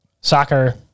Soccer